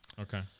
okay